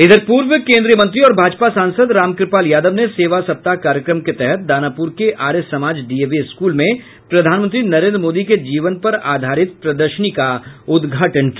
इधर पूर्व केन्द्रीय मंत्री और भाजपा सांसद रामकृपाल यादव ने सेवा सप्ताह कार्यक्रम के तहत दानापुर के आर्य समाज डीएवी स्कूल में प्रधानमंत्री नरेन्द्र मोदी के जीवन पर आधारित प्रदर्शनी का उद्घाटन किया